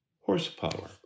horsepower